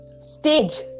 Stage